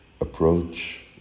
approach